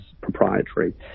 proprietary